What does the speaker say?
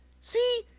See